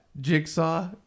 Jigsaw